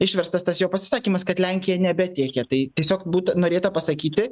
išverstas tas jo pasisakymas kad lenkija nebetiekia tai tiesiog būta norėta pasakyti